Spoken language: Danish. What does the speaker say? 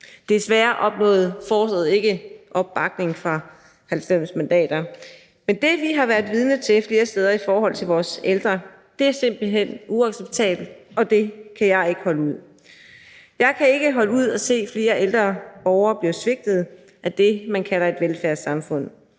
Desværre opnåede forslaget ikke opbakning fra 90 mandater. Men det, vi har været vidne til flere steder i forhold til vores ældre, er simpelt hen uacceptabelt, og det kan jeg ikke holde ud. Jeg kan ikke holde ud at se flere ældre borgere blive svigtet af det, man kalder et velfærdssamfund.